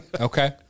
Okay